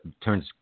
turns